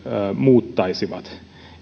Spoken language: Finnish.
muuttaisivat